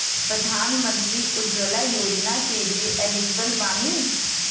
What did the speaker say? प्रधानमंत्री उज्जवला योजना के लिए एलिजिबल बानी?